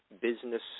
business